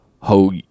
Ho